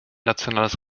nationales